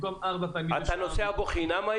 במקום ארבע פעמים בשעה --- אתה נוסע בקו 480 בחינם?